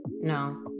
no